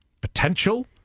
potential